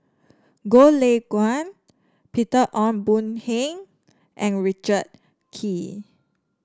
Goh Lay Kuan Peter Ong Boon and Richard Kee